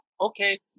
Okay